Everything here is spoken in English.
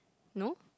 no